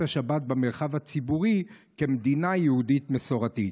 השבת במרחב הציבורי כמדינה יהודית מסורתית.